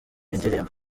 indirimbo